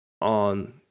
on